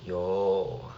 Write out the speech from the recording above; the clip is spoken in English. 有